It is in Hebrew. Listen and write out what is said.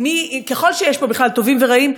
ככל שיש פה בכלל טובים ורעים,